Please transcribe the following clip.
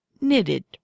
Knitted